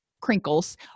crinkles